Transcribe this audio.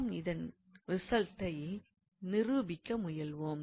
நாம் இதன் ரிசல்ட்டை நிரூபிக்க முயல்வோம்